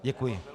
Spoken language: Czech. Děkuji.